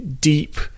deep